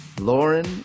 Lauren